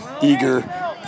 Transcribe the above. eager